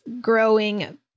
growing